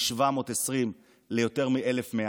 מ-720 ליותר מ-1,100.